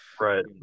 right